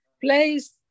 place